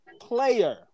player